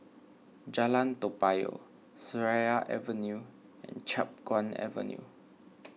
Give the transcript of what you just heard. Jalan Toa Payoh Seraya Avenue and Chiap Guan Avenue